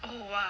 oh !wah!